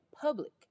public